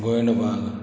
कोणये बाल